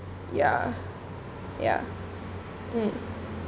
ya ya uh